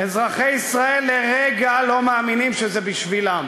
אזרחי ישראל לרגע לא מאמינים שזה בשבילם.